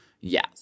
Yes